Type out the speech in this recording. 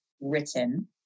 written